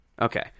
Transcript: Okay